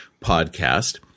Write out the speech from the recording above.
podcast